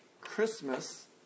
Christmas